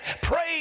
Praise